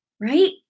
right